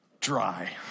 dry